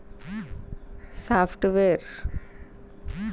నా అర గంటకు సంబందించిన కాగితాలతో నువ్వు లోన్ ఇస్తవా?